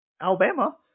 Alabama